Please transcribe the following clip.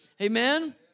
Amen